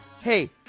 Hey